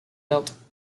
belt